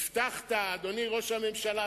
אדוני ראש הממשלה,